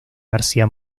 garcía